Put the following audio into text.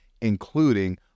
including